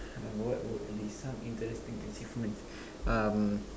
what would be some interesting achievements um